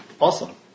Awesome